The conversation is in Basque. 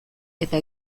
eta